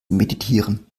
meditieren